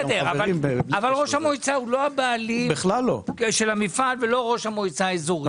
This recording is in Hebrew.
אבל ראש המועצה הוא לא הבעלים של המפעל וגם לא ראש המועצה האזורית.